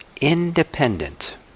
independent